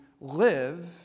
live